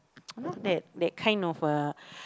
you know that that kind of a